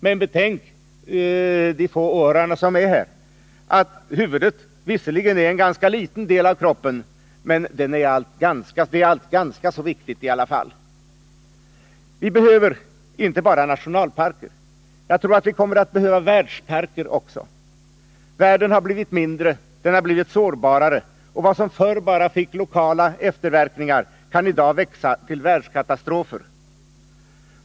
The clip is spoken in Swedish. Men jag ber de få åhörare som finns här i kammaren att betänka att huvudet visserligen är en ganska liten del av kroppen, men det är ganska viktigt i alla fall. Vi behöver inte bara nationalparker — jag tror att vi kommer att behöva världsparker också. Världen har blivit mindre, den har blivit sårbarare, och det som förr bara fick lokala efterverkningar kan i dag växa till världskatastrofer.